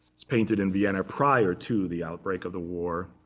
it's painted in vienna, prior to the outbreak of the war.